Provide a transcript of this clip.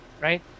right